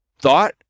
thought